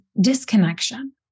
disconnection